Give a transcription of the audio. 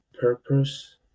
purpose